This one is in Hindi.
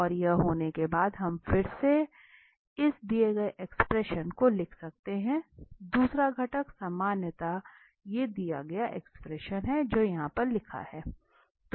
और यह होने के बाद हम फिर से लिख सकते हैं दूसरे घटक समानता कहती है